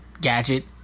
Gadget